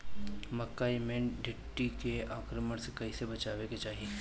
मकई मे टिड्डी के आक्रमण से कइसे बचावे के चाही?